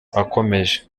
akomeje